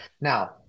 Now